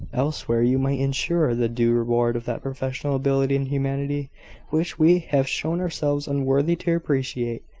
elsewhere you might ensure the due reward of that professional ability and humanity which we have shown ourselves unworthy to appreciate.